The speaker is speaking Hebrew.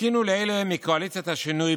חיכינו בפינה לאלה מקואליציית השינוי,